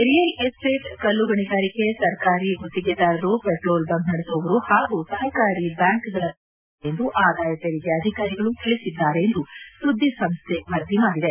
real ಎಸ್ವೇಟ್ಕಲ್ಲು ಗಣಿಗಾರಿಕೆ ಸರ್ಕಾರಿ ಗುತ್ತಿಗೆದಾರರು ಪೆಟ್ರೋಲ್ ಬಂಕ್ ನಡೆಸುವವರು ಹಾಗೂ ಸಹಕಾರಿ ಬ್ಯಾಂಕ್ಗಳ ಮೇಲೆ ದಾಳಿ ನಡೆಸಲಾಗಿದೆ ಎಂದು ಆದಾಯ ತೆರಿಗೆ ಅಧಿಕಾರಿಗಳು ತಿಳಿಸಿದ್ದಾರೆ ಎಂದು ಸುದ್ದಿ ಸಂಸ್ಠೆ ವರದಿ ಮಾಡಿದೆ